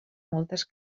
moltes